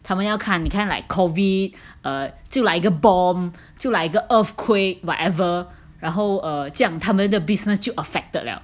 他们要看你看 like COVID err 就 like 一个 bomb 就 like 一个 earthquake whatever 然后 err 这样他们的 business 就 affected liao